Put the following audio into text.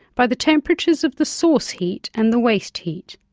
by the temperatures of the source heat and the waste heat.